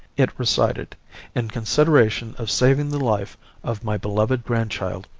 it recited in consideration of saving the life of my beloved grandchild,